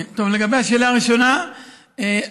לגבי השאלה הראשונה,